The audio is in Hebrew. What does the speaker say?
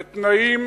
בתנאים